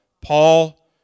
Paul